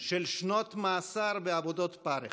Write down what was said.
של שנות מאסר ועבודות פרך